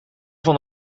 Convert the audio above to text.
van